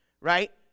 right